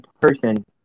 person